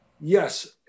Yes